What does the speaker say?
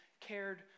cared